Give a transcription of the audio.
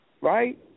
Right